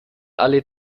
alle